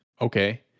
Okay